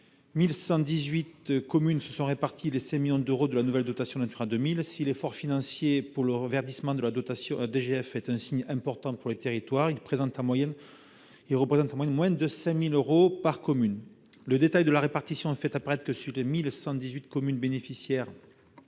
1 118 communes se sont réparti les 5 millions d'euros de la nouvelle dotation Natura 2000. Si l'effort financier consacré au verdissement de la DGF est un signe important pour les territoires, il représente en moyenne moins de 5 000 euros par commune. Le détail de la répartition fait apparaître que près de la moitié des 1 118 communes bénéficiaires